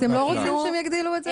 אתם לא רוצים שהם יגדילו את זה?